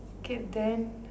okay then